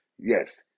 Yes